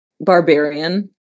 barbarian